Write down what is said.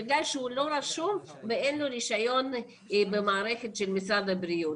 בגלל שהוא לא רשום ואין לו רישיון במערכת של משרד הבריאות.